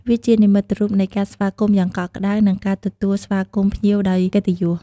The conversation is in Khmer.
វាជានិមិត្តរូបនៃការស្វាគមន៍យ៉ាងកក់ក្តៅ និងការទទួលស្វាគមន៍ភ្ញៀវដោយកិត្តិយស។